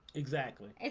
exactly.